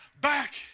back